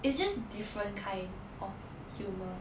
it's just different kind of humour